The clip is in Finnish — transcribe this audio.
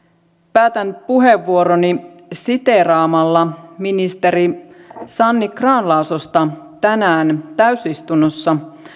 päätän puheenvuoroni siteeraamalla ministeri sanni grahn laasosta tänään täysistunnossa